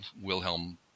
Wilhelm